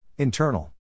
Internal